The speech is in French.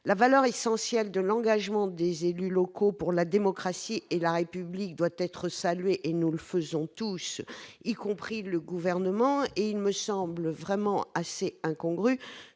La valeur essentielle de l'engagement des élus locaux pour la démocratie et la République doit être saluée, ce que nous faisons tous ici, y compris le Gouvernement. Il me semblerait incongru